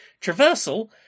Traversal